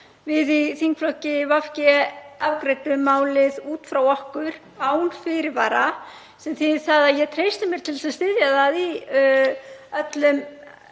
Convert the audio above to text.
Við í þingflokki VG afgreiddum málið út frá okkur án fyrirvara sem þýðir það að ég treysti mér til að styðja það í öllum